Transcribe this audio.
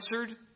answered